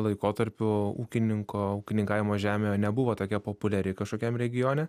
laikotarpiu ūkininko ūkininkavimo žemė nebuvo tokia populiari kažkokiam regione